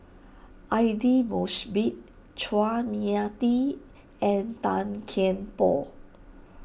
Aidli Mosbit Chua Mia Tee and Tan Kian Por